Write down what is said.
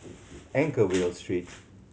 Anchorvale Street